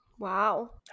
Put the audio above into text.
Wow